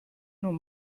nun